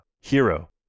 hero